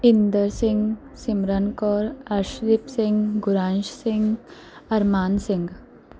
Inder Singh Simran Kaur Arshdeep Singh Guransh Singh Arman Singh